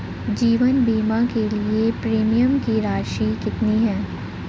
जीवन बीमा के लिए प्रीमियम की राशि कितनी है?